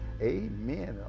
Amen